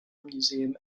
museum